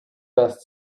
best